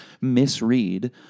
misread